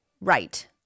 right